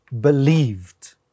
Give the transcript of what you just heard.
believed